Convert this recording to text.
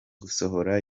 gusohora